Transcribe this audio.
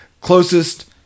closest